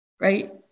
right